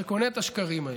שהוא קונה את השקרים.